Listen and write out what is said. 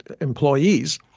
employees